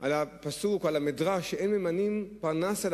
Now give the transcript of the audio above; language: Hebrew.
על הפסוק או על המדרש שאין ממנים פרנס על